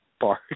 bar